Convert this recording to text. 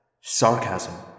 Sarcasm